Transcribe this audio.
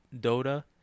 dota